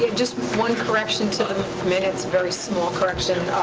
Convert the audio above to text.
just one correction to the minutes. very small correction.